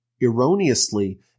erroneously